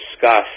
discuss